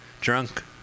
drunk